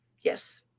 Yes